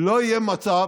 לא יהיה מצב